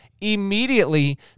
immediately